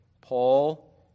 Paul